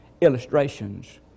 illustrations